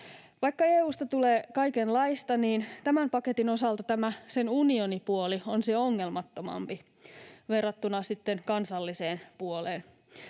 Vaikka EU:sta tulee kaikenlaista, niin tämän paketin osalta tämä unionipuoli on se ongelmattomampi verrattuna sitten kansalliseen puoleen.